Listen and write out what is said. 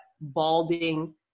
balding